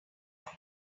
wife